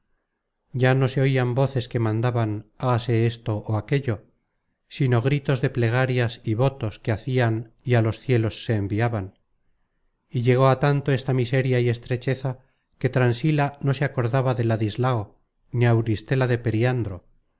ya no se oian voces que mandaban hágase esto ó aquello sino gritos de plegarias y votos que hacian y á los cielos se enviaban y llegó á tanto esta miseria y estrecheza que transila no se acordaba de ladislao ni auristela de periandro